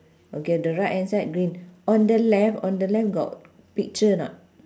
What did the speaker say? okay the right hand side green on the left on the left got picture or not